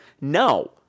No